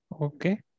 Okay